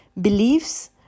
beliefs